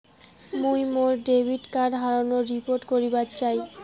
মুই মোর debit card হারানোর রিপোর্ট করিবার চাই